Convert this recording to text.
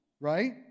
right